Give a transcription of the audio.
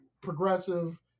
progressive